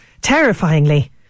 terrifyingly